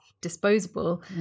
disposable